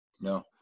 No